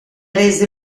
rese